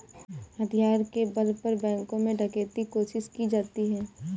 हथियार के बल पर बैंकों में डकैती कोशिश की जाती है